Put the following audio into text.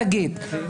שגית,